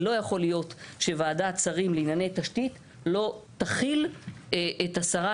לא יכול להיות שוועדת שרים לענייני תשתית לא תכיל את השרה